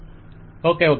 vendor okay okay